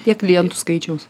tiek klientų skaičiaus